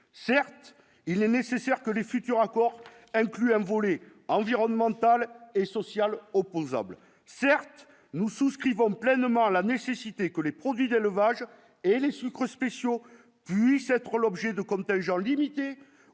certes, il est nécessaire que les futurs elle plus un volet environnemental et social opposable certes nous souscrivons pleinement la nécessité que les produits d'élevage et les sucres spéciaux nie s'être l'objet de contingent limité